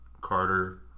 Carter